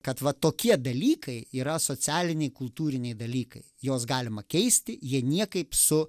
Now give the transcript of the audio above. kad va tokie dalykai yra socialiniai kultūriniai dalykai juos galima keisti jie niekaip su